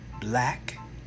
Black